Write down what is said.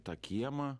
tą kiemą